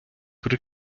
при